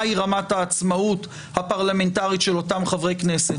היא רמת העצמאות הפרלמנטרית של אותם חברי כנסת,